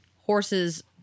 horses